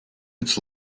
its